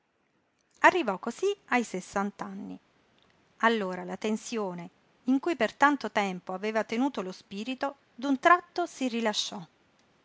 arrivò cosí ai sessant'anni allora la tensione in cui per tanto tempo aveva tenuto lo spirito d'un tratto si rilasciò